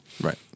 Right